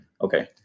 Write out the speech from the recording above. Okay